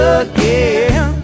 again